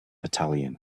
battalion